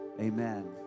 Amen